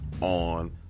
on